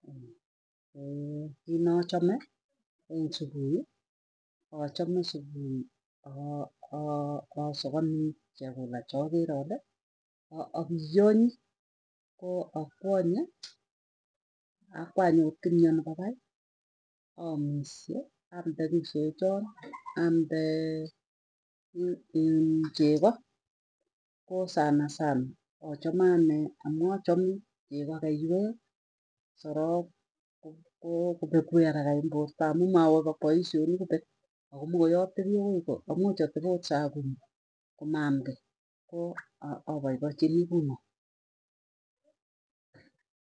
kiit nachame eng supui achame supui aka aka sakanii chekula chakere ale apiyonyi, ko akwanye, akwany akot kimyo nepo pai amishe amde isochon, amde iin chego. Ko sanasana achame anee amu achame, chegoo keywek sorok ko kopeku araka en porta amu mawa poisyonik kopek. Akomokoi atepii akoi ko amuch atepi akot saa kumi, komaam kiiy ko apaipachinii kunoe.